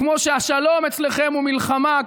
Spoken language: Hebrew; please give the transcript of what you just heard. כמו שהשלום אצלכם הוא מלחמה,